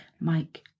Mike